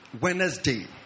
Wednesday